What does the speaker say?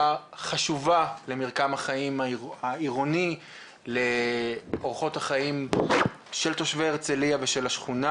חשובה למרקם החיים העירוני לאורחות החיים של תושבי הרצליה והשכונה.